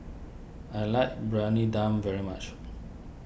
I like Briyani Dum very much